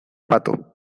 pato